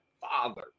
father